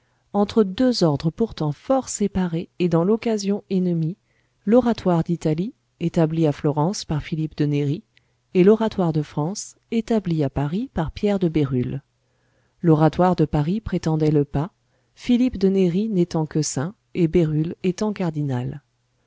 entre deux ordres pourtant fort séparés et dans l'occasion ennemis l'oratoire d'italie établi à florence par philippe de néri et l'oratoire de france établi à paris par pierre de bérulle l'oratoire de paris prétendait le pas philippe de néri n'étant que saint et bérulle étant cardinal